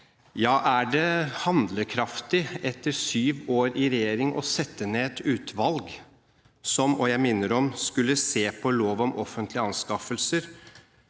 Er det handlekraftig etter sju år i regjering å sette ned et utvalg som – og jeg minner om det – skulle se på lov om offentlige anskaffelser,